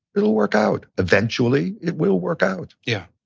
it'll work out. eventually it will work out. yeah.